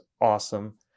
awesome